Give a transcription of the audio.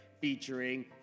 featuring